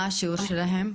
מה השיעור שלהם?